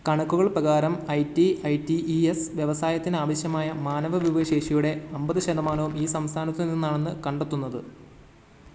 കണക്കുകൾ പ്രകാരം I T I T E S വ്യവസായത്തിന് ആവശ്യമായ മാനവ വിഭവശേഷിയുടെ അമ്പത് ശതമാനവും ഈ സംസ്ഥാനത്തു നിന്നാണെന്ന് കണ്ടെത്തുന്നത്